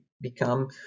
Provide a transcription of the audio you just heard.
become